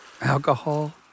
Alcohol